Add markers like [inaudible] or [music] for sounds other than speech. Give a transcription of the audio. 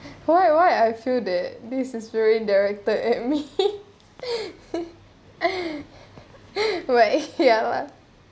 why why I feel that this is very directed at me [laughs] right ya lah